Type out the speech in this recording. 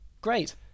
great